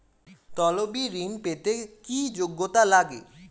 তলবি ঋন পেতে কি যোগ্যতা লাগে?